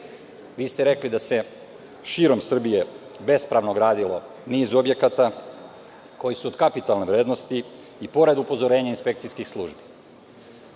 ste rekli da se širom Srbije bespravno gradio niz objekata koji su od kapitalne vrednosti i pored upozorenja inspekcijskih službi.